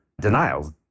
denials